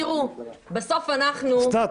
אוסנת,